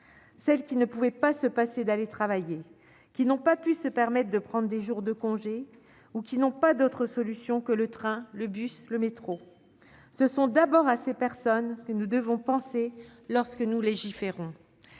celles qui ne pouvaient pas se passer d'aller travailler, qui n'ont pas pu se permettre de prendre des jours de congé ou qui n'ont pas d'autre solution de transport que le train, le bus, le métro. Ce sont d'abord à ces personnes que nous devons penser lorsque nous légiférons